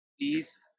please